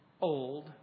old